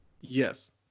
Yes